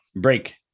Break